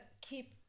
keep